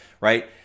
right